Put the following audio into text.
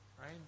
Right